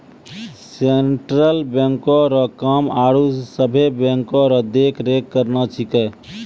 central बैंको रो काम आरो सभे बैंको रो देख रेख करना छिकै